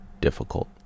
difficult